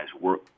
work